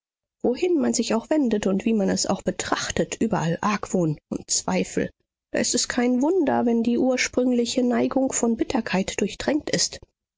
wohin man sich auch wendet und wie man es auch betrachtet überall argwohn und zweifel da ist es kein wunder wenn die ursprüngliche neigung von bitterkeit durchtränkt ist